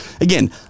again